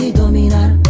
dominar